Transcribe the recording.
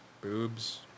boobs